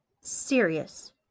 Serious